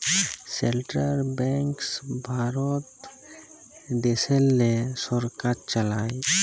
central banks ভারত দ্যাশেল্লে সরকার চালায়